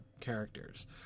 characters